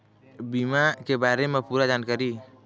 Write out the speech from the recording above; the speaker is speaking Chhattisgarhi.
बीमा के बारे म पूरा जानकारी?